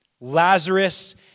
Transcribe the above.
Lazarus